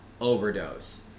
overdose